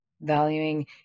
valuing